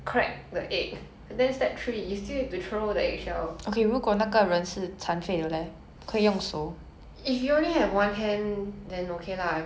if you only have one hand then okay lah I'm sure it'll work well for you but if you have two hands it's a useless thing to you 没有用的东西 you know